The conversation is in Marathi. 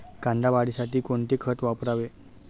कांदा वाढीसाठी कोणते खत वापरावे?